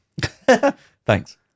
Thanks